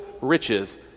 riches